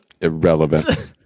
Irrelevant